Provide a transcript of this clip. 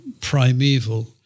primeval